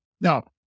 Now